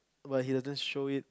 but he doesn't show it